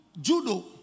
Judo